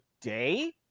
day